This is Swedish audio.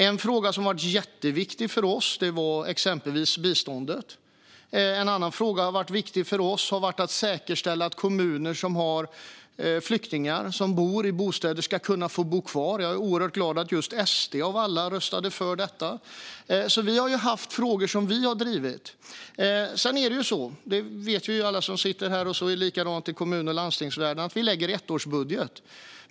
En fråga som har varit jätteviktig för oss är biståndet, och en annan viktig fråga har varit att säkerställa att kommuner ska kunna se till att flyktingar kan bo kvar i sina bostäder. Jag är oerhört glad att just SD, av alla, röstade för detta. Vi har alltså haft frågor som vi har drivit. Sedan är det så - det vet alla som sitter här, och det är likadant i kommun och landstingsvärlden - att vi lägger fram en ettårsbudget.